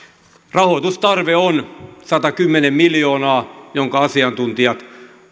rahoitustarve on satakymmentä miljoonaa minkä asiantuntijat